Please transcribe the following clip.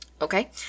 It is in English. Okay